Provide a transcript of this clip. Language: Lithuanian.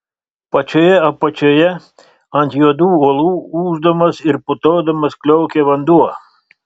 pačioje apačioje ant juodų uolų ūždamas ir putodamas kliokė vanduo